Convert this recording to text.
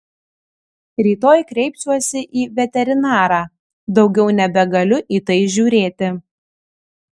rytoj kreipsiuosi į veterinarą daugiau nebegaliu į tai žiūrėti